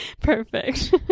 perfect